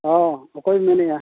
ᱦᱚᱸ ᱚᱠᱚᱭᱮᱢ ᱢᱮᱱᱮᱫᱼᱟ